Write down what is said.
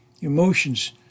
Emotions